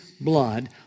blood